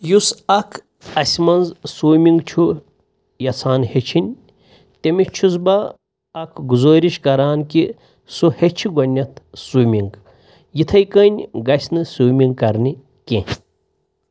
یُس اَکھ اَسہِ منٛز سُومِنٛگ چھُ یَژھان ہیٚچھِنۍ تٔمِس چھُس بہ اَکھ گُذٲرِش کَران کہِ سُہ ہیٚچھِ گۄڈٕنٮ۪تھ سُومِنٛگ یِتھٕے کٔنۍ گژھِ نہٕ سُومِنٛگ کَرنہِ کیٚنٛہہ